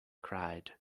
cried